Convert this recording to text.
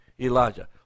Elijah